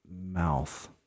mouth